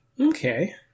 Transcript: Okay